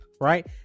right